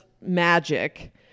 magic